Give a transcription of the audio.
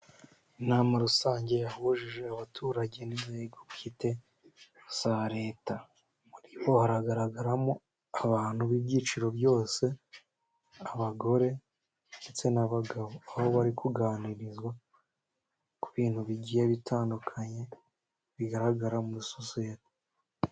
Inama rusange yahuje abaturage n'inzego bwite za Leta. Muri bo hagaragaramo abantu b'ibyiciro byose, abagore ndetse n'abagabo, aho bari kuganirizwa ku bintu bigiye bitandukanye bigaragara muri sosiyete.